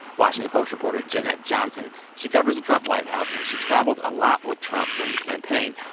washington post reporter jenna johnson she covers the trump white house and she traveled a lot with trump during the campaign.